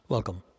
Welcome